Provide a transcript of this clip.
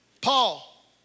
Paul